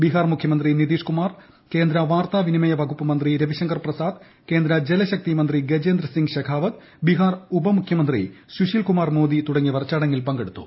ബിഹാർ മുഖ്യമന്ത്രി നിതീഷ് കുമാർ കേന്ദ്ര വാർത്ത വിനിമയ വകുപ്പ് മന്ത്രി രവിശങ്കർ പ്രിസാദ് കേന്ദ്ര ജലശക്തി മന്ത്രി ഗജേന്ദ്ര സിംഗ് ശെഖാവത്ത് ബിഹാർ ഉപമുഖ്യമന്ത്രി സുശീൽ കുമാർ മോദി തുടങ്ങിയവർ ചടങ്ങിൽ സംബന്ധിച്ചു